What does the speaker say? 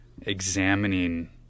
examining